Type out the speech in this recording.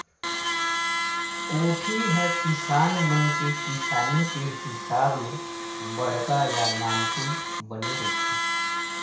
कोठी ह किसान मन के किसानी के हिसाब ले बड़का या नानकुन बने रहिथे